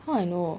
how I know